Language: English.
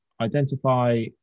identify